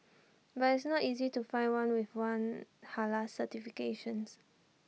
but IT is not easy to find one with one Halal certifications